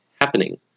happening